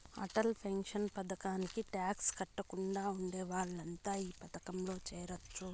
Atal pension పథకానికి tax కట్టకుండా ఉండే వాళ్లంతా ఈ పథకంలో చేరొచ్చు